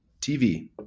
TV